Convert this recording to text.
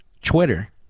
Twitter